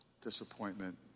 Disappointment